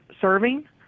serving